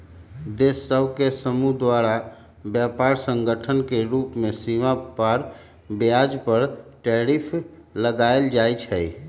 देश सभ के समूह द्वारा व्यापार संगठन के रूप में सीमा पार व्यापार पर टैरिफ लगायल जाइ छइ